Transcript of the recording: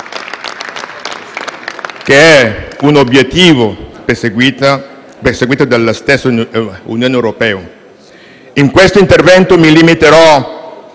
che è un obiettivo perseguito dalla stessa Unione europea. In questo intervento mi limiterò